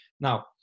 Now